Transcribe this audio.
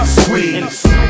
squeeze